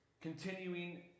continuing